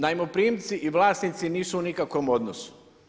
Najmoprimci i vlasnici nisu u nikakvom odnosu.